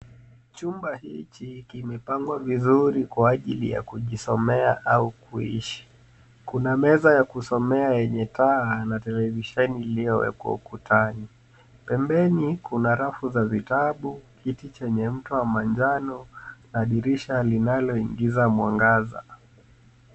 Chumba hiki kimepangwa vizuri kwa ajili ya kujisomea au kuishi. Kuna meza ya kusomea yenye taa na televisheni iliyowekwa ukutani. Pembeni kuna rafu za vitabu, kiti chenye mto wa manjano na dirisha linaloingiza mwangaza.